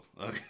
okay